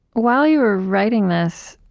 while you were writing this,